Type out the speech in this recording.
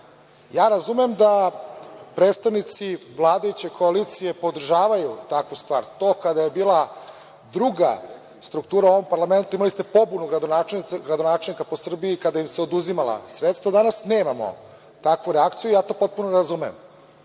vlasti. Razumem da predstavnici vladajuće koalicije podržavaju takvu stvar. To kada je bila druga struktura u ovom parlamentu imali ste pobunu gradonačelnika po Srbiji kada im se oduzimala sredstva, danas nemamo takvu reakciju, ja to potpuno razumem.